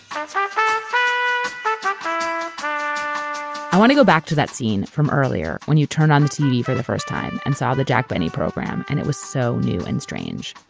i want to go back to that scene from earlier when you turn on tv for the first time and saw the jack benny program and it was so new and strange.